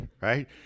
right